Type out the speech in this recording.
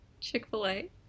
Chick-fil-A